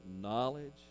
knowledge